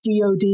DOD